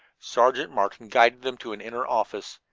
sergeant martin guided them to an inner office.